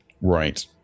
Right